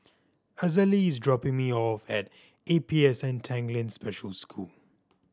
Azalee is dropping me off at A P S N Tanglin Special School